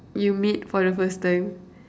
you meet for the first time